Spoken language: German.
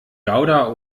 gouda